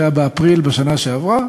שהיה באפריל בשנה שעברה,